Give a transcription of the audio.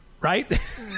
right